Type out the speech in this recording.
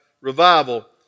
revival